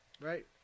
Right